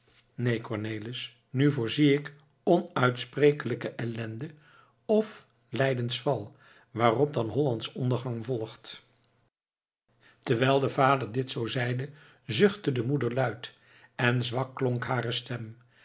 neen cornelis nu voorzie ik onuitsprekelijke ellende of leidens val waarop dan hollands ondergang volgt terwijl de vader dit zoo zeide zuchtte de moeder luid en zwak klonk hare stem